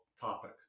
topic